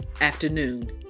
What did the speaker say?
afternoon